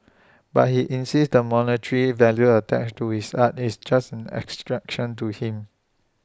but he insists the monetary value attached to his art is just an abstraction to him